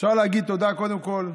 אפשר להגיד תודה, קודם כול,